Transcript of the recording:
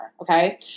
Okay